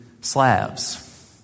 slabs